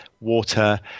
water